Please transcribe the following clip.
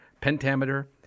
pentameter